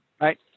right